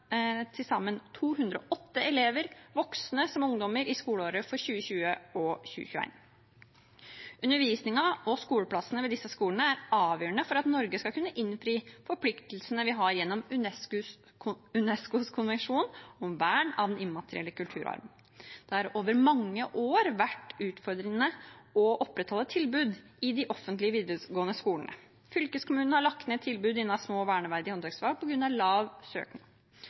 til sammen 208 elever, voksne som ungdommer, i skoleåret 2020/2021. Undervisningen og skoleplassene ved disse skolene er avgjørende for at Norge skal kunne innfri forpliktelsene vi har gjennom UNESCOs konvensjon om vern av den immaterielle kulturarven. Det har over mange år vært utfordrende å opprettholde et tilbud i de offentlige videregående skolene. Fylkeskommunene har lagt ned tilbud innen små, verneverdige håndverksfag på grunn av lav søkning.